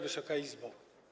Wysoka Izbo!